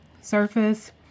Surface